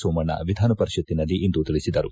ಸೋಮಣ್ಣ ವಿಧಾನ ಪರಿಷಕ್ತಿನಲ್ಲಿಂದು ತಿಳಿಸಿದರು